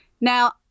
Now